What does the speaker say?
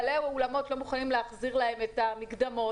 בעלי האולמות לא מוכנים להחזיר להם את המקדמות.